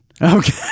okay